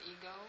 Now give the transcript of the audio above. ego